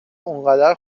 انقدر